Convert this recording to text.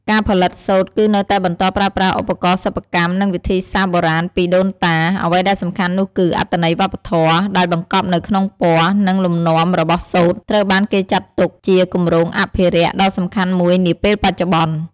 ការផលិតសូត្រ គឺនៅតែបន្តប្រើប្រាស់ឧបករណ៍សិប្បកម្ម និងវិធីសាស្ត្របុរាណពីដូនតា អ្វីដែលសំខាន់នោះគឺ អត្ថន័យវប្បធម៌ ដែលបង្កប់នៅក្នុងពណ៌ និងលំនាំរបស់សូត្រ ត្រូវបានគេចាត់ទុកជាគម្រោងអភិរក្ស ដ៏សំខាន់មួយនាពេលបច្ចុប្បន្ន។